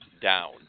down